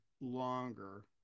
longer